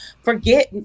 forget